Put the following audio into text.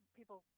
people